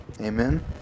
Amen